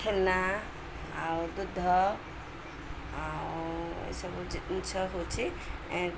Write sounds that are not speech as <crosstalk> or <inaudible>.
ଛେନା ଆଉ ଦୁଗ୍ଧ ଆଉ ଏସବୁ <unintelligible> ହେଉଛି